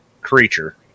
creature